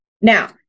Now